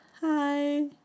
hi